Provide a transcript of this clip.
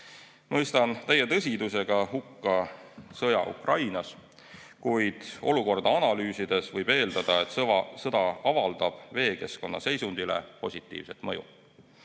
Mõistan täie tõsidusega hukka sõja Ukrainas, kuid olukorda analüüsides võib eeldada, et sõda avaldab veekeskkonna seisundile positiivset mõju.